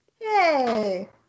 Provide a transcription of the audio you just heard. yay